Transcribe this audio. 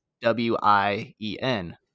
W-I-E-N